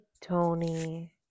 Tony